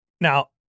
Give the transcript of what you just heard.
Now-